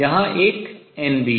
यहां एक n भी है